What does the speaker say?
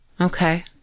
Okay